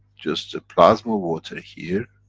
just the plasma water here,